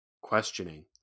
Questioning